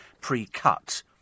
pre-cut